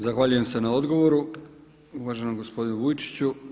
Zahvaljujem se na odgovoru uvaženom gospodinu Vujčiću.